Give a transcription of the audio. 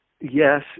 yes